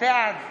בעד